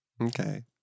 Okay